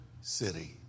city